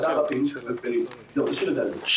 שמנו לב